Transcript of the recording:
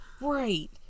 right